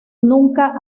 nunca